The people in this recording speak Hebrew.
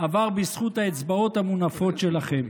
עבר בזכות האצבעות המונפות שלכם.